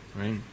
right